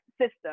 system